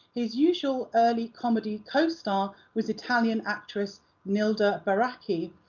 his usual early comedy co-star was italian actress nilde ah baracchi,